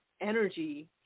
energy